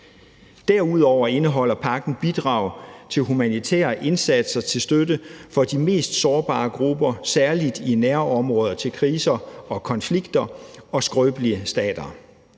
Derudover indeholder pakken bidrag til humanitære indsatser til støtte for de mest sårbare grupper, særlig i nærområder til kriser og konflikter og skrøbelige stater.